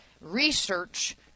research